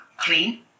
clean